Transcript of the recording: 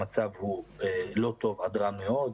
המצב הוא לא טוב עד רע מאוד.